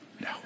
No